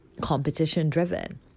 competition-driven